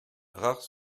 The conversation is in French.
rares